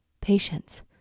patience